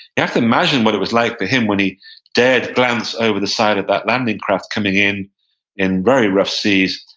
have to imagine what it was like for him when he dared glance over the side of that landing craft coming in in very rough seas,